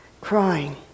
crying